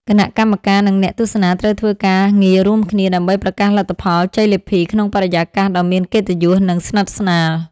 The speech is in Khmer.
គណៈកម្មការ និងអ្នកទស្សនាត្រូវធ្វើការងាររួមគ្នា ដើម្បីប្រកាសលទ្ធផលជ័យលាភីក្នុងបរិយាកាសដ៏មានកិត្តិយស និងស្និទ្ធស្នាល។